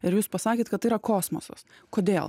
ir jūs pasakėt kad tai yra kosmosas kodėl